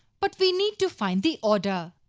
but we need to find the order.